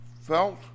felt